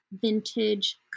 vintage